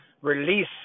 release